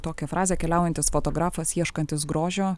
tokią frazę keliaujantis fotografas ieškantis grožio